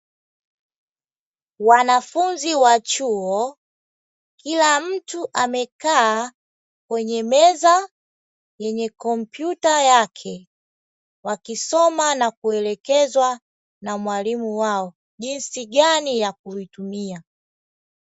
Wanafunzi wa chuo, kila mtu amekaa kwenye meza yenye kompyuta yake wakisoma, na kuelekezwa na mwalimu wao jinsi gani ya kuvitumia.